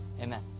Amen